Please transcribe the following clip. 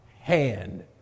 hand